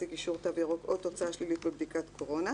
הציג אישור "תו ירוק" או תוצאה שלילית בבדיקת קורונה,